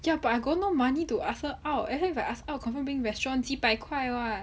ya but I got no money to ask her out and then if I ask out confirm bring restaurant 几百块 [what]